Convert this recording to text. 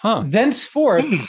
Thenceforth